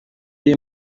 uri